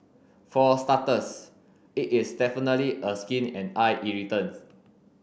for starters it is definitely a skin and eye irritant